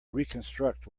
reconstruct